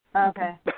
Okay